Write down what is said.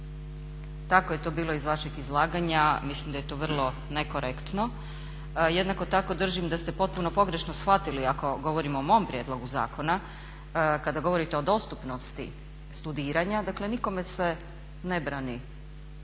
Tako je to bilo iz vašeg izlaganja. Mislim da je to vrlo nekorektno. Jednako tako držim da ste potpuno pogrešno shvatili ako govorimo o mom prijedlogu zakona kada govorite o dostupnosti studiranja, dakle nikome se ne brani,